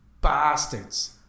bastards